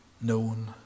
known